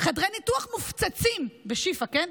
"חדרי ניתוח מופצצים" בשיפא, כן?